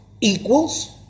equals